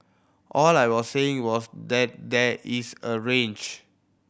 all I was saying was that there is a range